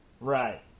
Right